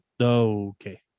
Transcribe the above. Okay